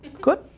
Good